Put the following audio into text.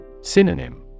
Synonym